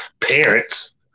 parents